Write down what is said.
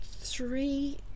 Three